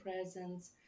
presence